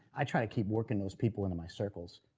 i tried to keep working those people into my circles,